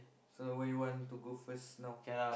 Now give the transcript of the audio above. so where you want to go first now